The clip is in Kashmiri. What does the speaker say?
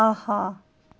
آہا